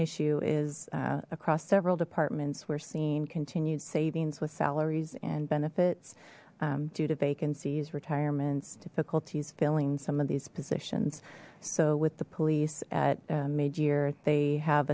issue is across several departments we're seeing continued savings with salaries and benefits due to vacancies retirements difficulties filling some of these positions so with the police at mid year they have